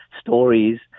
stories